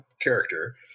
character